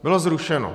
Bylo zrušeno.